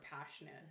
passionate